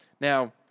Now